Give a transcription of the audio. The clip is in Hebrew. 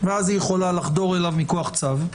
ואז היא יכולה לחדור אליו מכוח צו,